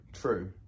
True